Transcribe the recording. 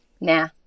Nah